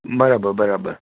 બરાબર બરાબર